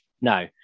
No